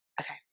Okay